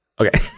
Okay